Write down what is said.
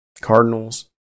Cardinals